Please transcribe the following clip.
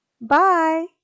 Bye